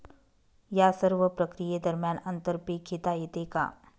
या सर्व प्रक्रिये दरम्यान आंतर पीक घेता येते का?